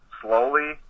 slowly